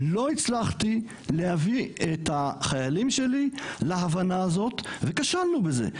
לא הצלחתי להביא את החיילים שלי להבנה הזאת וכשלנו בזה,